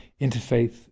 interfaith